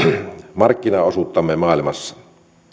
markkinaosuuttamme maailmassa